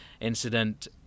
incident